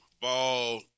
ball